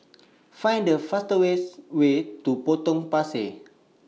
Find The fastest Way to Potong Pasir